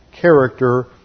character